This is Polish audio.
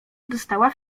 dostała